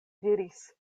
diris